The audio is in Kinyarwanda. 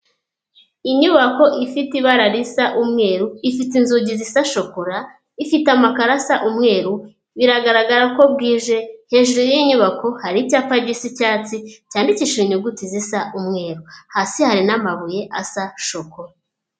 Inyubako ifite ibara risa umweru, ifite inzugi zisa shokora, ifite amakaro asa umweru, biragaragara ko bwije, hejuru y'iyi nyubako hari icyapa gisa icyatsi cyandikishije inyuguti zisa umweru, hasi hari n'amabuye asa shokora.